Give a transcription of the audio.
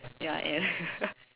ya I am